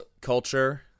culture